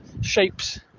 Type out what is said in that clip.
shapes